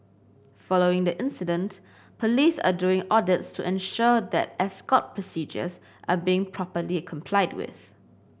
following the incident police are doing audits to ensure that escort procedures are being properly complied with